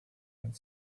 and